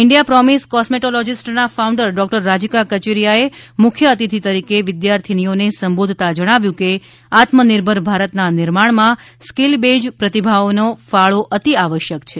India promise કોસ્મેટોલોજીસ્ટના founder doctor Rajika કચેરીયાએ મુખ્ય અતિથી તરીકે વિદ્યાર્થીનીઓને સંબોધતા જણાવ્યું હતું કે આત્મનિર્ભર ભારતના નિર્માણમાં સ્કીલ બેઝ્ડ પ્રતિભાઓને ફાળો અતિ આવશ્યક છે